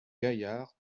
gaillard